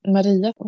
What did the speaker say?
Maria